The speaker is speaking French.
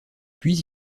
puis